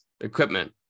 equipment